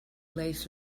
lace